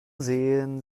sehen